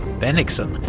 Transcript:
bennigsen,